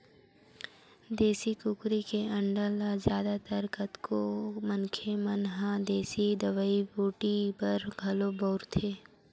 देसी कुकरी के अंडा ल जादा तर कतको मनखे मन ह देसी दवई बूटी बर घलोक बउरथे